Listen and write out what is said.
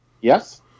Yes